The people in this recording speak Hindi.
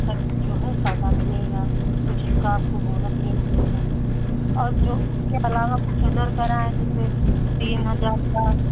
तक जो है फायदा मिलेगा कुछ इसका आपको बोनस भी मिलेगा और जो उसके अलावा कुछ अदर कराए जैसे तीन हजार का